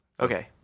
Okay